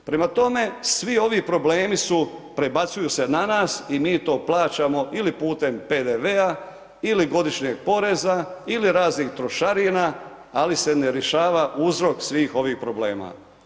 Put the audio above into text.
Prema tome, svi ovi problemi su, prebacuju se na nas i mi to plaćamo ili putem PDV-a ili godišnjeg poreza ili raznih trošarina ali se ne rješava uzrok svih ovih problema.